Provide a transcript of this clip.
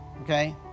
Okay